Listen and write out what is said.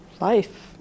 life